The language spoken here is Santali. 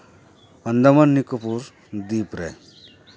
ᱟᱱᱫᱟᱢᱟᱱ ᱱᱤᱠᱳᱵᱚᱨ ᱫᱤᱯ ᱨᱮ